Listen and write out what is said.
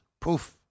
poof